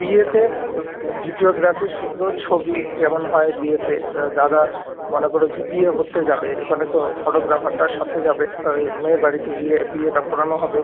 বিয়েতে ভিডিওগ্রাফি সুদ্ধ ছবি যেমন হয় বিয়েতে দাদা মনে করো যে বিয়ে করতে যাবে ওখানে তো ফটোগ্রাফার তার সাথে যাবে আর ওই মেয়ে বাড়িতে গিয়ে বিয়েটা পড়ানো হবে